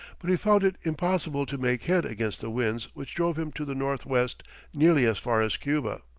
but he found it impossible to make head against the winds which drove him to the north-west nearly as far as cuba.